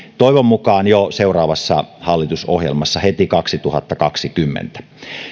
toivon mukaan jo seuraavassa hallitusohjelmassa heti kaksituhattakaksikymmentä